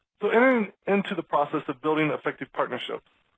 so and um into the process of building effective partnerships,